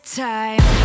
time